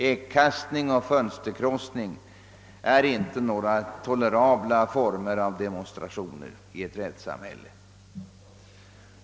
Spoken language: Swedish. Äggkastning och fönsterkrossning är inte några tolerabla former för demonstration i ett rättssamhälle.